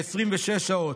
מ-26 שעות.